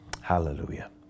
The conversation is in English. Hallelujah